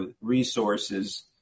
resources